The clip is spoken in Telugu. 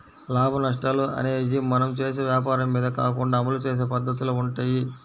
లాభనష్టాలు అనేయ్యి మనం చేసే వ్వాపారం మీద కాకుండా అమలు చేసే పద్దతిలో వుంటయ్యి